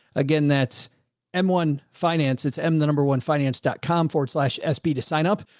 again, that's m one finance it's m the number one finance dot com forward slash sb to sign up.